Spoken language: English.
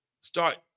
start